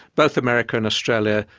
both america and australia,